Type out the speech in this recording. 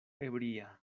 ebria